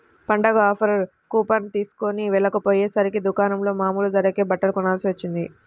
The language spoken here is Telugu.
పండగ ఆఫర్ కూపన్ తీస్కొని వెళ్ళకపొయ్యేసరికి దుకాణంలో మామూలు ధరకే బట్టలు కొనాల్సి వచ్చింది